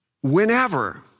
whenever